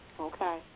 Okay